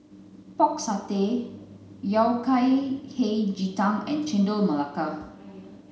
pork satay yao kai hei ji tang and chendol melaka